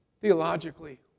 Theologically